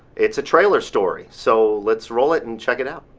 it's a trailer story! so let's roll it, and check it out.